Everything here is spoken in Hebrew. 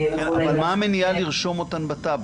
מה המניעה לרשום אותן בטאבו?